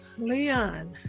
Leon